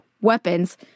weapons